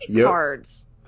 cards